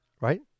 Right